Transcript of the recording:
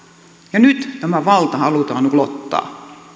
ja nyt tämä valta halutaan ulottaa